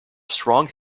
strong